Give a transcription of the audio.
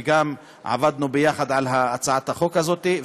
שגם עבדנו ביחד על הצעת החוק הזאת,